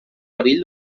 perill